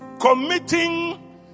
committing